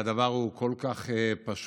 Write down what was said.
הדבר הוא כל כך פשוט.